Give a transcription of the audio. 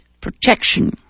protection